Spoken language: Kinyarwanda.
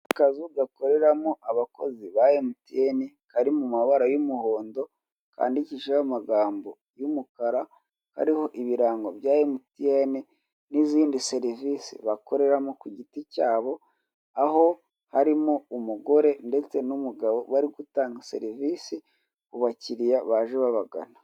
Akazu gakoreramo abakozi ba emutiyene, kari mu mabara y'umuhondo, kandikishijeho amagambo y'umukara, kariho ibirango bya emutiyene, n'izindi serivise bakoreramo ku giti cyabo, aho harimo umugore ndetse n'umugabo bari gutanga serivisi ku bakiriya baje babagana.